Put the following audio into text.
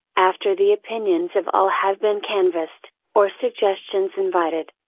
after the opinions of all have been canvassed, or suggestions invited.